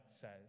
says